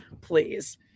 Please